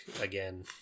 again